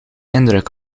indruk